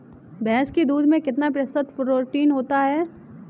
भैंस के दूध में कितना प्रतिशत प्रोटीन होता है?